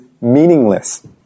meaningless